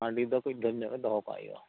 ᱦᱟᱺᱰᱤ ᱫᱚ ᱠᱟᱹᱴᱤᱡ ᱰᱷᱮᱹᱨ ᱧᱚᱜ ᱜᱮ ᱫᱚᱦᱚ ᱠᱟᱜ ᱜᱮ ᱦᱩᱭᱩᱜᱼᱟ